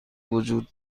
وجود